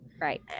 right